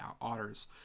otters